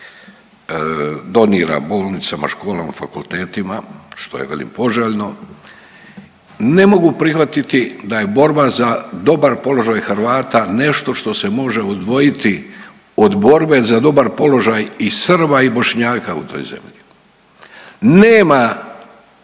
donira bolnicama, školama, fakultetima što je velim poželjno. Ne mogu prihvatiti da je borba za dobar položaj Hrvata nešto što se može odvojiti od borbe za dobar položaj i Srba i Bošnjaka u toj zemlji. Nema